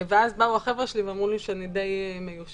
ואז באו החבר'ה שלי ואמרו לי שאני די מיושנת,